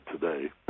today